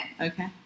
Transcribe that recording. Okay